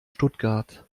stuttgart